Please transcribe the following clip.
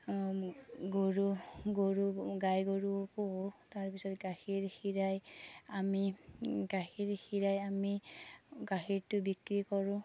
গৰু গৰু গাই গৰু পোহোঁ তাৰ পিছত গাখীৰ খীৰাই আমি গাখীৰটো বিক্ৰী কৰোঁ